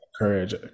encourage